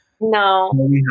no